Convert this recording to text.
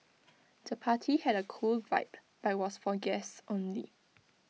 the party had A cool vibe but was for guests only